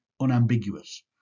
unambiguous